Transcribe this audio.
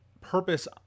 purpose